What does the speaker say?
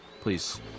please